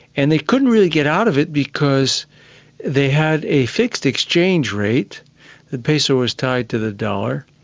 and they couldn't really get out of it because they had a fixed exchange rate the peso was tied to the dollar,